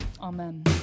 Amen